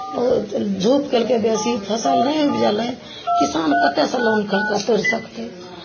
ओ धूप केलकै बेसी फसल नहि उपजलै किसान कतयसँ लोन करि कऽ पढ़ि सकतै